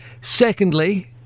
Secondly